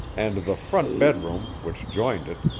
and the front bedroom which joined it,